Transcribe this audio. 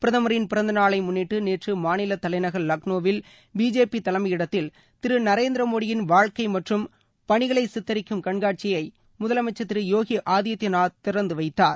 பிரதமரின் பிறந்த நாளை முன்னிட்டு நேற்று மாநிலத் தலைநகர் லக்னோவில் பிஜேபி தலைமையிடத்தில் திரு நரேந்திர மோடியின் வாழ்க்கை மற்றும் பணிகளை சித்தரிக்கும் கண்காட்சியை முதலமைச்சர் திரு யோகி ஆதித்யநாத் திறந்து வைத்தார்